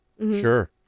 Sure